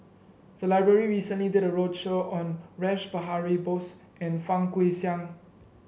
the library recently did a roadshow on Rash Behari Bose and Fang Guixiang